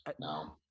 No